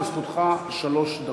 לזכותך שלוש דקות.